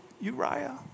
Uriah